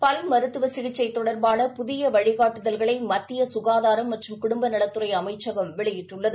பல் மருத்துவ சிகிச்சை தொடர்பான புதிய வழிகாட்டுதல்களை மத்திய சுகாதார மற்றும் குடும்பநலத்துறை அமைச்சகம் வெளியிட்டுள்ளது